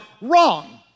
wrong